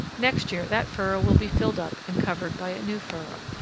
next year that furrow will be filled up and covered by a new furrow.